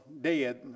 dead